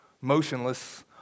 motionless